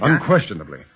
Unquestionably